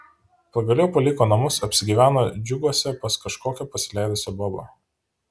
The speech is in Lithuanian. pagaliau paliko namus apsigyveno džiuguose pas kažkokią pasileidusią bobą